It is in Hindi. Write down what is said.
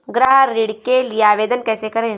गृह ऋण के लिए आवेदन कैसे करें?